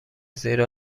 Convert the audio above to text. زیرا